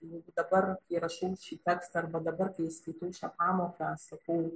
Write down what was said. jau dabar kai rašau šį tekstą arba dabar kai skaitau šią pamoką sakau